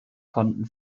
konnten